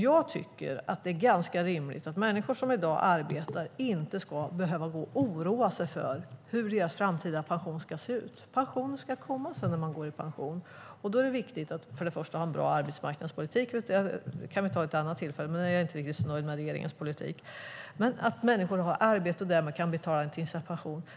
Jag tycker att det är ganska rimligt att människor som arbetar i dag inte ska behöva gå och oroa sig för hur deras framtida pension kommer att se ut. Pensionen ska komma när man går i pension. Då är det viktigt att först och främst ha en bra arbetsmarknadspolitik - jag är inte så nöjd med regeringens politik, men det kan vi ta vid ett annat tillfälle - så att människor har arbete och därmed kan betala in till sin pension.